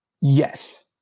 Yes